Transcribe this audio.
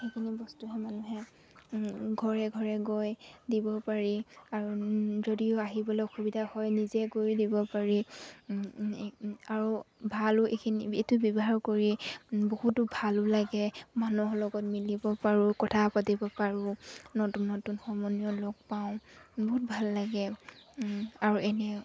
সেইখিনি বস্তুহে মানুহে ঘৰে ঘৰে গৈ দিব পাৰি আৰু যদিও আহিবলৈ অসুবিধা হয় নিজে গৈও দিব পাৰি আৰু ভালো এইখিনি এইটো ব্যৱহাৰ কৰি বহুতো ভালো লাগে মানুহৰ লগত মিলিব পাৰোঁ কথা পাতিব পাৰোঁ নতুন নতুন সমনীয়া লগ পাওঁ বহুত ভাল লাগে আৰু এনে